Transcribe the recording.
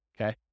okay